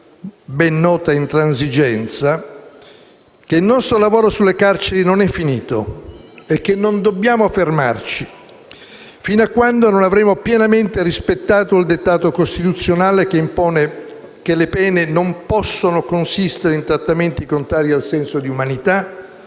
ben nota intransigenza, che il nostro lavoro sulle carceri non è finito e che non dobbiamo fermarci sino a quando non avremo pienamente rispettato il dettato costituzionale che impone che le pene non possono consistere in trattamenti contrari al senso di umanità